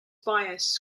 bias